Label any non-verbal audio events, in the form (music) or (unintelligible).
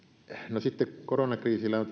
no sitten koronakriisillä on (unintelligible)